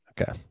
okay